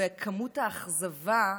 כמות האכזבה,